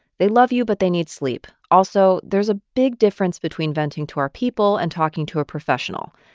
they love you, but they need sleep. also, there's a big difference between venting to our people and talking to a professional.